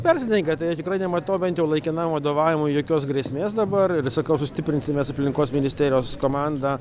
persidengia tai tikrai nematau bent jau laikinam vadovavimui jokios grėsmės dabar ir sakau sustiprinsim mes aplinkos ministerijos komandą